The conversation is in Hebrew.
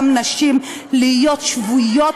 להם את הדירה.